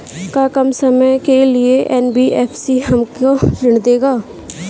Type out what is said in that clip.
का कम समय के लिए एन.बी.एफ.सी हमको ऋण देगा?